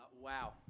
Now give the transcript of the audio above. Wow